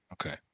okay